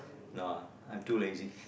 no I'm too lazy